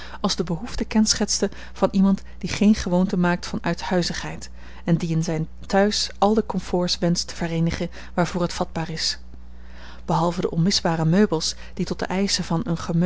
als de behoeften kenschetste van iemand die geene gewoonte maakt van uithuizigheid en die in zijn thuis al de comforts wenscht te vereenigen waarvoor het vatbaar is behalve de onmisbare meubels die tot de eischen van eene